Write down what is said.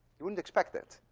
you wouldn't expect that.